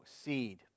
seed